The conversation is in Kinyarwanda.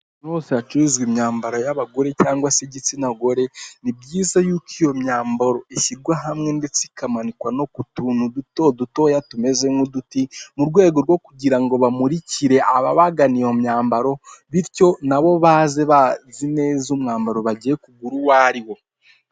Hose hacuruzwa imyambaro y'abagore cyangwa se igitsina gore ni byiza yuko iyo myambaro ishyirwa hamwe ndetse ikamanikwa no ku tuntu duto dutoya tumeze nk'uduti mu rwego rwo kugira ngo bamurikire ababagana iyo myambaro bityo na bo baze bazi neza umwambaro bagiye kugura uwo ari wo.